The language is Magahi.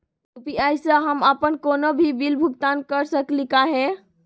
यू.पी.आई स हम अप्पन कोनो भी बिल भुगतान कर सकली का हे?